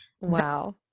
Wow